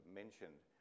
mentioned